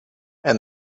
and